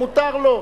מותר לו.